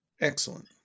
Excellent